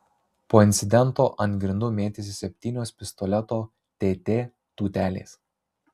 po incidento ant grindų mėtėsi septynios pistoleto tt tūtelės